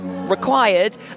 Required